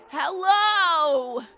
Hello